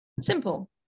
simple